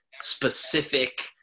specific